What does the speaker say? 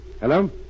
Hello